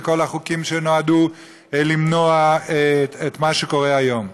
וכל החוקים שנועדו למנוע את מה שקורה היום,